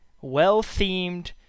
well-themed